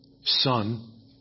son